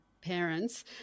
parents